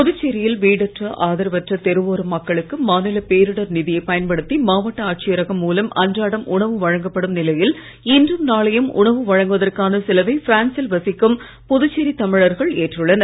புதுச்சேரியில் வீடற்ற ஆதரவற்ற தெருவோர மக்களுக்கு மாநில பேரிடர் நிதியை பயன்படுத்தி மாவட்ட ஆட்சியரகம் மூலம் அன்றாடம் உணவு வழங்கப்படும் நிலையில் இன்றும் நாளையும் உணவு வழங்குவதற்கான செலவை பிரான்சில் வசிக்கும் புதுச்சேரி தமிழர்கள் ஏற்றுள்ளனர்